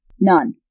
None